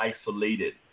Isolated